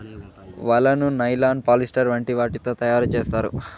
వలను nylon, polyester వంటి వాటితో తయారు చేత్తారు